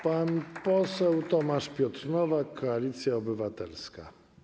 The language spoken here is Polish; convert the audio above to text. Pan poseł Tomasz Piotr Nowak, Koalicja Obywatelska.